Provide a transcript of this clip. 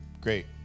Great